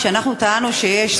כשאנחנו טענו שיש למעלה,